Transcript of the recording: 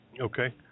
Okay